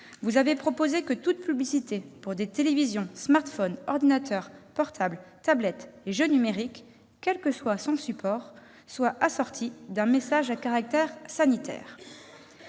vous avez proposé que toute publicité pour des télévisions, des smartphones, des ordinateurs portables, des tablettes et des jeux numériques, quel que soit le support, soit assortie d'un message à caractère sanitaire.